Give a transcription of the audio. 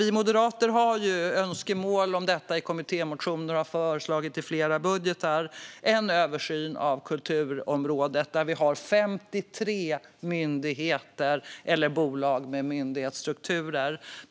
Vi moderater har ju önskemål om detta i kommittémotioner och har föreslagit i flera budgetar en översyn av kulturområdet, där vi har 53 myndigheter eller bolag med myndighetsstrukturer.